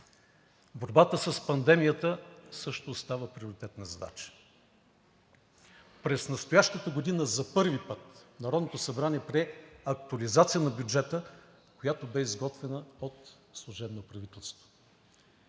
Борбата с пандемията също остава приоритетна задача. През настоящата година за първи път Народното събрание прие актуализация на бюджета, която бе изготвена от служебно правителство.